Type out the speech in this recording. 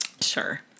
Sure